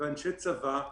אנשי צבא,